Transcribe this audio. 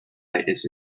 its